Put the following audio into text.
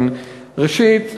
הן: ראשית,